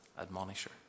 admonisher